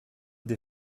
des